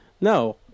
No